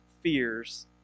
fears